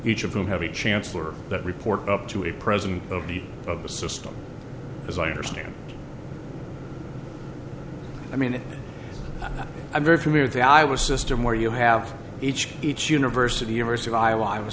each of them have a chancellor that report up to a president of the of the system as i understand i mean i'm very familiar that i was system where you have each each university aversive iowa iowa